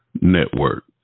Network